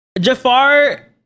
Jafar